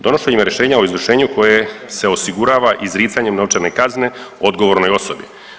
Donošenjem rješenja o izvršenju koje se osigurava izricanjem novčane kazne odgovornoj osobi.